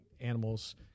animals